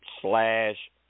slash